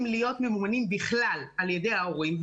להיות ממומנים בכלל על ידי ההורים,